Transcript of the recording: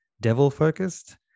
devil-focused